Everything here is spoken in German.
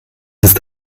ist